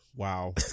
Wow